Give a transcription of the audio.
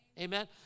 amen